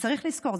וצריך לזכור,